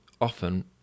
often